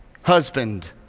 husband